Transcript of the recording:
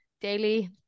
daily